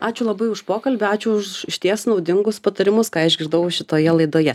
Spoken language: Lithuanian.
ačiū labai už pokalbį ačiū už išties naudingus patarimus ką išgirdau šitoje laidoje